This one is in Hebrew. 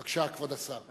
בבקשה, כבוד השר.